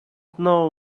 know